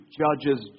judges